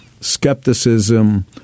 skepticism